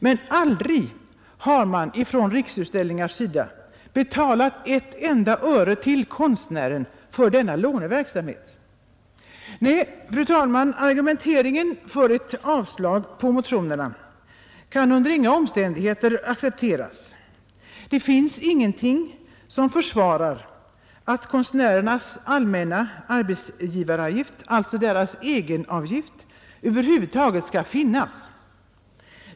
Men aldrig har man från Riksutställningars sida betalat ett enda öre till konstnären för denna låneverksamhet. Nej, fru talman, argumenten för ett avslag på motionerna kan under inga omständigheter accepteras. Det finns ingenting som försvarar att konstnärernas allmänna arbetsgivaravgift, alltså deras egenavgift, över huvud taget skall finnas.